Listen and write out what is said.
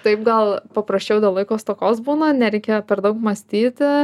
taip gal paprasčiau dėl laiko stokos būna nereikia per daug mąstyti